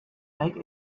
like